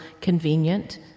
convenient